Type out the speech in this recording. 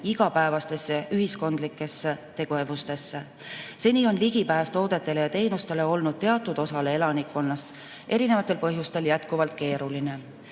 igapäevastesse ühiskondlikesse tegevustesse. Seni on ligipääs toodetele ja teenustele olnud teatud osale elanikkonnast erinevatel põhjustel jätkuvalt keeruline.